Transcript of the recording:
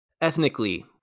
Ethnically